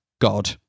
God